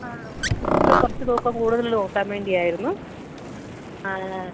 ആ ഇത്തിരി കുറച്ച് തൂക്കം കൂട്തൽ നോക്കാൻ വേണ്ടിയായിരുന്നു ആണല്ലേ